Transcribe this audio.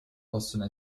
possono